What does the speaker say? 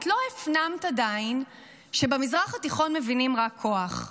את לא הפנמת עדיין שבמזרח התיכון מבינים רק כוח.